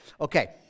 okay